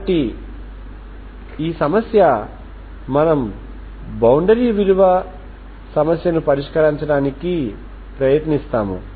కాబట్టి ఈ సమస్య మనము ఈ బౌండరీ విలువ సమస్యను పరిష్కరించడానికి ప్రయత్నిస్తాము